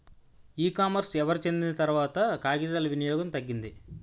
ఈ కామర్స్ ఎవరు చెందిన తర్వాత కాగితాల వినియోగం తగ్గింది